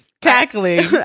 cackling